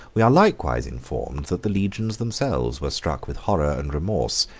we are likewise informed that the legions themselves were struck with horror and remorse,